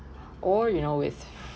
or you know with